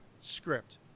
script